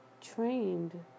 Trained